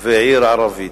ועיר ערבית.